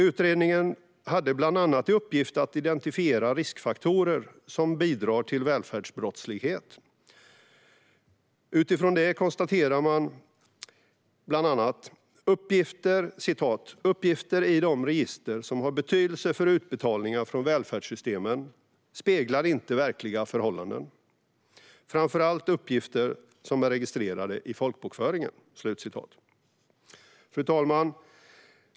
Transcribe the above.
Utredningen hade bland annat i uppgift att identifiera riskfaktorer som bidrar till välfärdsbrottslighet. Utifrån det konstaterar man bland annat: Uppgifter i de register som har betydelse för utbetalningar från välfärdssystemen speglar inte verkliga förhållanden, framför allt uppgifter som är registrerade i folkbokföringen. Fru talman!